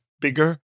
bigger